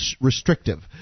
restrictive